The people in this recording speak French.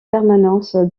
permanence